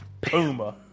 puma